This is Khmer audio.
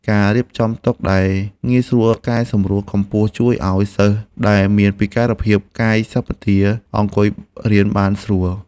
ការរៀបចំតុសិក្សាដែលងាយស្រួលកែសម្រួលកម្ពស់ជួយឱ្យសិស្សដែលមានពិការភាពកាយសម្បទាអង្គុយរៀនបានស្រួល។